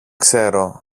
ξέρω